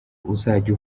uzajya